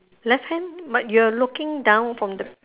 left hand but you're looking down from the